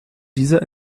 dieser